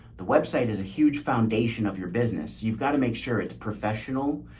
the website is a huge foundation of your business. you've got to make sure it's professional,